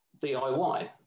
DIY